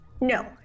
No